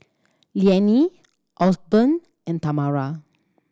Liane Osborn and Tamara